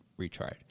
retried